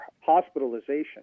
hospitalization